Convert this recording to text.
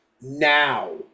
now